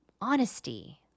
honesty